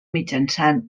mitjançant